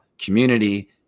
community